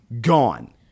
gone